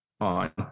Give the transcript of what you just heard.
on